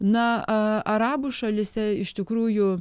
na arabų šalyse iš tikrųjų